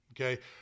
Okay